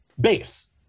base